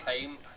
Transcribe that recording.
time